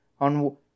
on